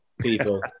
people